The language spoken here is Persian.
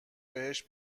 بهش